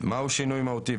סעיף 14, מהו שינוי מהותי?